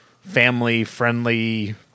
family-friendly